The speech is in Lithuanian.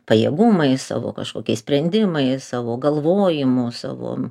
pajėgumais savo kažkokiais sprendimais savo galvojimu savo